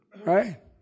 Right